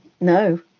No